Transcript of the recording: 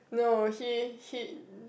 no he he